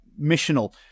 missional